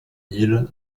hill